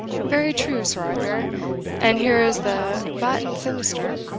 very true, sir arthur and here is the baton-sinister,